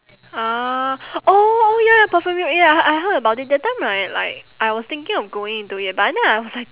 ah oh ya perfumery ya I heard about it that time right like I was thinking of going into it but in the end I was like